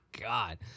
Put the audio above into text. god